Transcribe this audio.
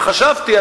וחשבתי,